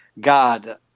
God